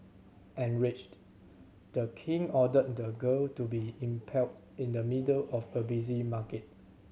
enraged The King ordered the girl to be impaled in the middle of a busy market